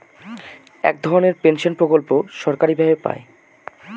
এক ধরনের পেনশন প্রকল্প সরকারি ভাবে পাই